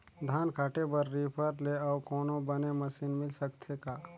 धान काटे बर रीपर ले अउ कोनो बने मशीन मिल सकथे का?